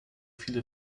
viele